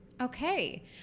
Okay